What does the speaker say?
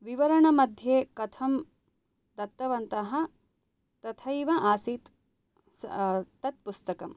विवरणमध्ये कथं दत्तवन्तः तथैव आसीत् तत् पुस्तकम्